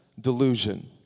delusion